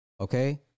Okay